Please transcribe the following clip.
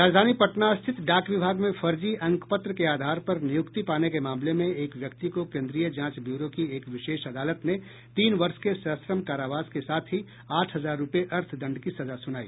राजधानी पटना स्थित डाक विभाग में फर्जी अंकपत्र के आधार पर नियुक्ति पाने के मामले में एक व्यक्ति को केंद्रीय जांच ब्यूरो की एक विशेष अदालत ने तीन वर्ष के सश्रम कारावास के साथ ही आठ हजार रुपये अर्थदंड की सजा सुनाई